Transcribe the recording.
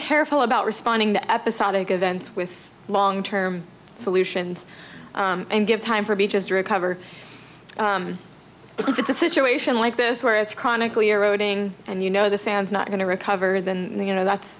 careful about responding to episodic events with long term solutions and give time for beaches to recover if it's a situation like this where it's chronically eroding and you know the sands not going to recover then you know that's